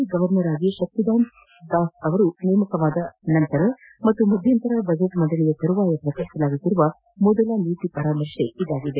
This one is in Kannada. ನ ಗೌರ್ನರ್ ಆಗಿ ಶಕ್ತಿಕಾಂತ್ ದಾಸ್ ಅವರು ನೇಮಕವಾದ ಮತ್ತು ಮಧ್ಯಂತರ ಬಜೆಟ್ ಮಂಡನೆಯ ತರುವಾಯ ಪ್ರಕಟಿಸಲಾಗುತ್ತಿರುವ ಪ್ರಥಮ ನೀತಿ ಪರಾಮರ್ಶೆ ಇದಾಗಿದೆ